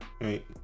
Right